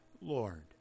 Lord